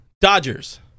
Dodgers